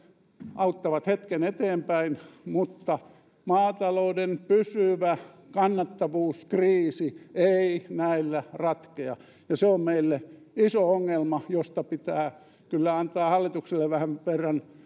auttavat hetken eteenpäin mutta maatalouden pysyvä kannattavuuskriisi ei näillä ratkea ja se on meille iso ongelma josta pitää kyllä antaa hallitukselle jonkin verran